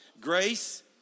Grace